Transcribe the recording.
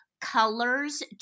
colors